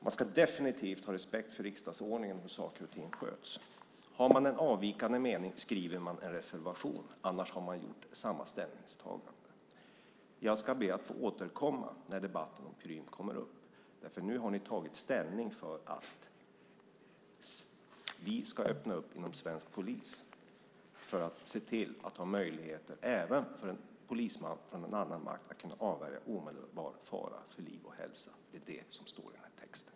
Man ska definitivt ha respekt för riksdagsordningen och hur saker och ting sköts. Om man har en avvikande mening skriver man en reservation, annars har man gjort samma ställningstagande. Jag ska be att få återkomma när debatten om Prüm kommer upp, därför att nu har ni tagit ställning för att vi ska öppna inom svensk polis för att se till att det finns möjligheter även för en polismakt eller någon annan makt att avvärja omedelbar fara för liv och hälsa. Det är det som står i den här texten.